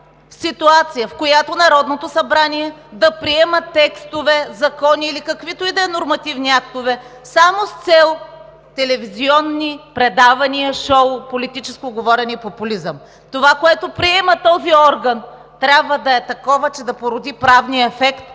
в ситуация, в която Народното събрание да приема текстове, закони, или каквито и да е нормативни актове, само с цел телевизионни предавания, шоу, политическо говорене и популизъм. Това, което приема този орган, трябва да е такова, че да породи правния ефект,